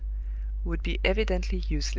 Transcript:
would be evidently useless.